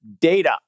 data